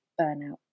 burnout